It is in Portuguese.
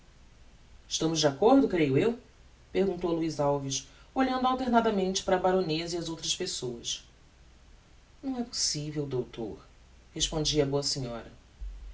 estamos de accordo creio eu perguntou luiz alves olhando alternadamente para a baroneza e as outras pessoas não é possível doutor respondia a boa senhora